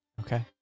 Okay